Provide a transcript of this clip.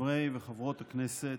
חברי וחברות הכנסת,